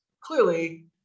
Clearly